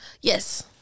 Yes